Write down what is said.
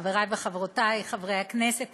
חברי וחברותי חברי הכנסת,